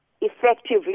effectively